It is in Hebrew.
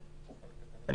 אני